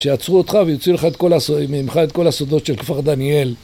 שיעצרו אותך ויוציאו לך את כל, ממך את כל הסודות של כפר דניאל